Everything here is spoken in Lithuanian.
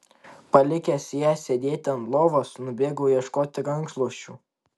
palikęs ją sėdėti ant lovos nubėgau ieškoti rankšluosčių